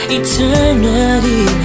eternity